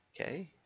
Okay